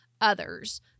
others